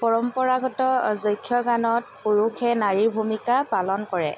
পৰম্পৰাগত যক্ষগানত পুৰুষে নাৰীৰ ভূমিকা পালন কৰে